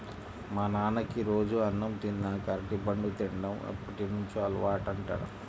మా నాన్నకి రోజూ అన్నం తిన్నాక అరటిపండు తిన్డం ఎప్పటినుంచో అలవాటంట